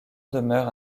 demeure